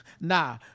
nah